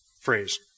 phrase